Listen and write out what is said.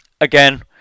again